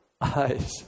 eyes